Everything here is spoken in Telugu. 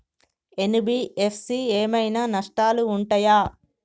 ఎన్.బి.ఎఫ్.సి ఏమైనా నష్టాలు ఉంటయా?